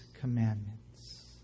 commandments